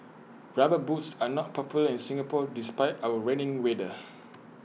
rubber boots are not popular in Singapore despite our rainy weather